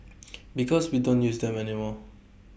because we don't use them anymore